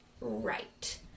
right